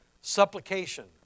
Supplication